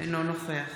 אינו נוכח